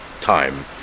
time